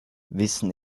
wissen